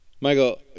Michael